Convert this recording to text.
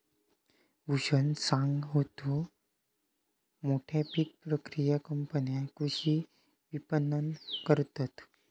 भूषण सांगा होतो, मोठ्या पीक प्रक्रिया कंपन्या कृषी विपणन करतत